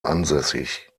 ansässig